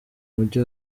mujyi